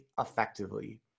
Effectively